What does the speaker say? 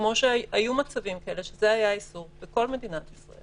היו מצבים כאלה שזה היה האיסור בכל מדינת ישראל